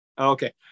Okay